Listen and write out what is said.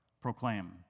proclaim